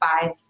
five